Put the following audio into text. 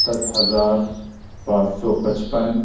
دس ہزار پانچ سو پچپن